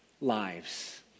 lives